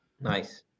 Nice